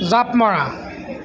জাঁপ মৰা